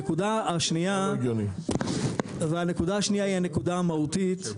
הנקודה השנייה היא הנקודה המהותית.